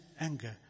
anger